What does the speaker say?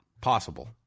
possible